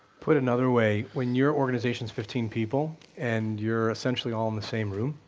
put another way, when your organization is fifteen people, and you're essentially all in the same room,